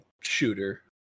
shooter